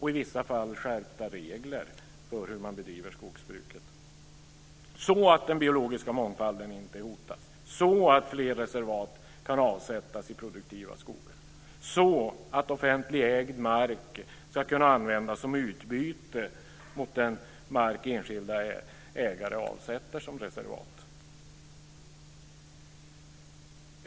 I vissa fall behövs skärpta regler för hur man bedriver skogsbruket så att den biologiska mångfalden inte hotas, att fler reservat kan avsättas i produktiva skogar och att offentligägd mark ska kunna användas i utbyte mot den mark som enskilda ägare avsätter som reservat.